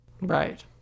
Right